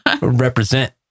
Represent